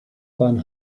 bahn